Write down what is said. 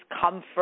comfort